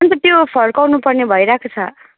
अनि त त्यो फर्काउनु पर्ने भइरहेको छ